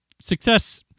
success